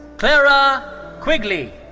clara quigley.